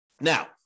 Now